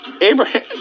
Abraham